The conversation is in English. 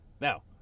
Now